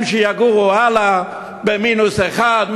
שהם יגורו הלאה במינוס 1,